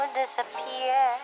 disappear